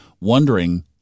wondering